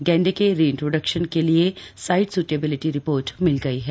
गैण्डे के रिइन्ट्रोडक्शन के लिए साइट सूटेबिलिटी रिपोर्ट मिल गई है